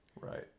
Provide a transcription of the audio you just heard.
Right